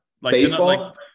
Baseball